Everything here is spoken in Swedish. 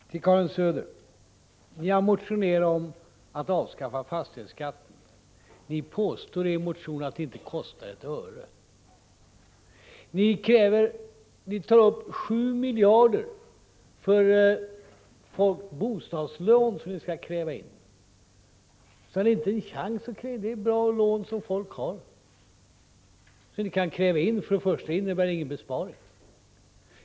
Fru talman! Jag vill först vända mig till Karin Söder. Ni har motionerat om att avskaffa fastighetsskatten. Ni påstår i er motion att det inte kostar ett öre. Ni tar upp 7 miljarder för bostadslån som ni skall kräva in. Det är bra lån som folk har. Om ni skulle kräva in dem innebär det ingen besparing.